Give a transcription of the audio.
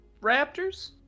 Raptors